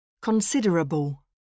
Considerable